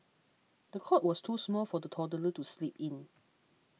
the cot was too small for the toddler to sleep in